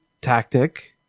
tactic